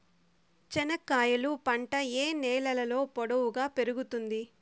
చెనక్కాయలు పంట ఏ నేలలో పొడువుగా పెరుగుతుంది?